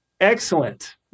excellent